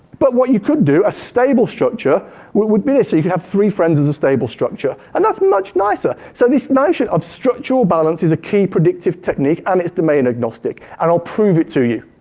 but what you could do a stable structure would be so you could have three friends as a stable structure. and that's much nicer. so this notion of structural balance is a key predictive technique and it's domain agnostic. and i'll prove it to you.